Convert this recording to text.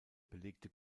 belegte